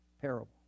parable